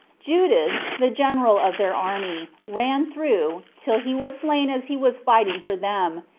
judas, the general of their army, ran through, till he was slain as he was fighting for them,